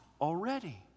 already